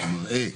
שמראה